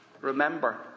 Remember